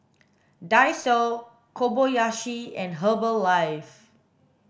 Daiso Kobayashi and Herbalife